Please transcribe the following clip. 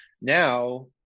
now